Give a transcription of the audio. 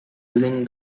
using